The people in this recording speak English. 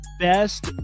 best